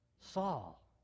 Saul